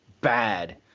bad